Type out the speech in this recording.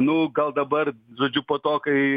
nu gal dabar žodžiu po to kai